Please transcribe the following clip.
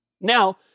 Now